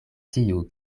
tiu